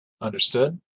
Understood